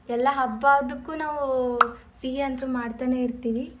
ಎಲ್ಲ ಹಬ್ಬದಕ್ಕೂ ನಾವು ಸಿಹಿ ಅಂತೂ ಮಾಡ್ತಲೇ ಇರ್ತೀವಿ